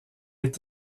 est